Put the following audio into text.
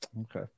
Okay